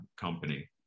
company